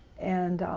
and